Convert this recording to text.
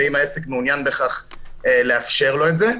ואם העסק מעוניין בכך אז לאפשר לו את זה.